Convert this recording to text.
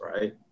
right